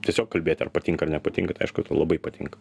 tiesiog kalbėti ar patinka nepatinka tai aišku labai patinka